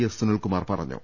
S Sunilkumar പറ ഞ്ഞു